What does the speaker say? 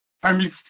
family